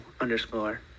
underscore